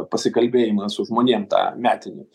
pasikalbėjimą su žmonėm tą metinį